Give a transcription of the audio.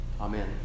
Amen